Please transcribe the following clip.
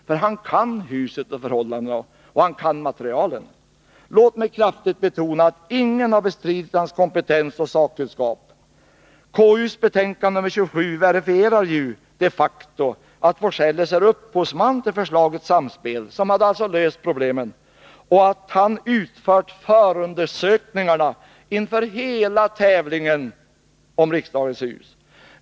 Han kan huset och känner till förhållandena, och han kan materialet. Låt mig kraftigt betona att ingen har bestridit hans kompetens och sakkunskap. Konstitutionsutskottets betänkande nr 27 verifierar ju de facto att af Forselles är upphovsman till förslaget Samspel, som alltså hade löst problemen, och att han utfört förundersökningarna inför hela tävlingen om riksdagens hus.